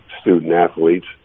student-athletes